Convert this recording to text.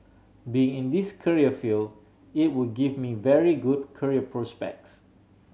being in this career field it would give me very good career prospects